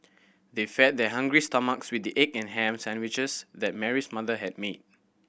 they fed their hungry stomachs with the egg and ham sandwiches that Mary's mother had made